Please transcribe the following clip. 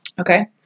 Okay